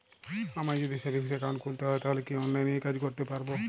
আমায় যদি savings account খুলতে হয় তাহলে কি অনলাইনে এই কাজ করতে পারবো?